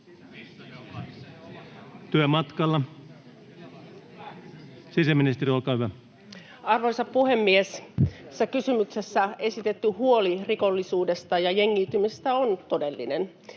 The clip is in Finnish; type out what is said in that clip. Arvoisa puhemies! Tässä kysymyksessä esitetty huoli rikollisuudesta ja jengiytymisestä on todellinen.